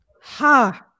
ha